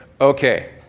okay